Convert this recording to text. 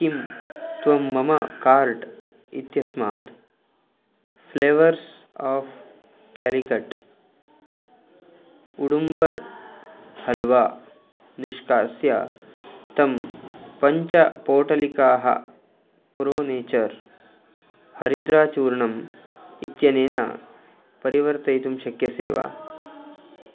किं त्वं मम कार्ट् इत्यस्मात् फ़्लेवर्स् आफ़् केलिकट् उडुम्बर् हल्वा निष्कास्य तं पञ्चपोटलिकाः प्रो नेचर् हरिद्राचूर्णम् इत्यनेन परिवर्तयितुं शक्यसे वा